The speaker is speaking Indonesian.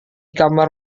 kamar